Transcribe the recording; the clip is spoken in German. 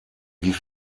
wie